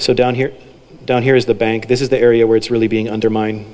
so down here down here is the bank this is the area where it's really being undermine